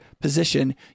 position